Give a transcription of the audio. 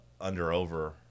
under-over